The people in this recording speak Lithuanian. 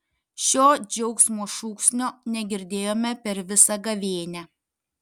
šio džiaugsmo šūksnio negirdėjome per visą gavėnią